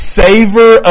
savor